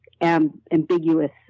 ambiguous